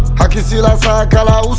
aqui si la saca, la